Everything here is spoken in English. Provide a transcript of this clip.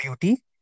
beauty